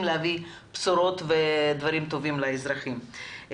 להביא בשורות ודברים טובים לאזרחים.